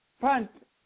Pant